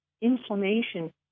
inflammation